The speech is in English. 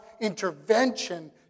intervention